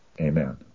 amen